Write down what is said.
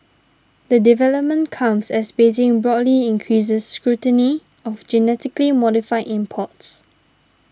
the development comes as Beijing broadly increases scrutiny of genetically modified imports